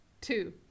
Two